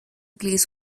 place